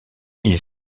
ils